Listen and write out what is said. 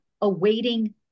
awaiting